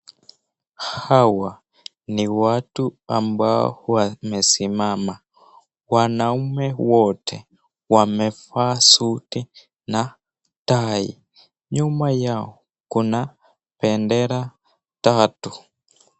Hawa ni watu ambao wamesimama, wanaume wote wamevaa suti na tai. Nyuma yao kuna bendera tatu.